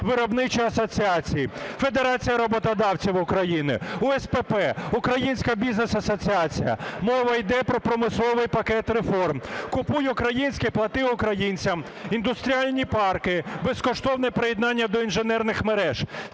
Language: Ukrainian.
виробничі асоціації: Федерація роботодавців України, УСПП, Українська бізнес-асоціація. Мова йде про промисловий пакет реформ: "Купуй українське, плати українцям", індустріальні парки, безкоштовне приєднання до інженерних мереж,